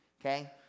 okay